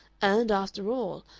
and, after all,